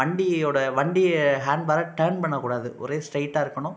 வண்டியோட ய வண்டி ஹேண்ட்பாரை டேர்ன் பண்ணக்கூடாது ஒரே ஸ்ட்ரெயிட்டாக இருக்கணும்